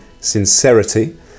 Sincerity